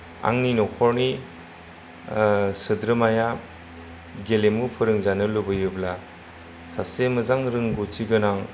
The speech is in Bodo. आंनि न'खरनि सोद्रोमाया गेलेमु फोरोंजानो लुबैयोब्ला सासे मोजां रोंगौथि गोनां